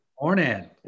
Morning